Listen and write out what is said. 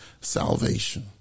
salvation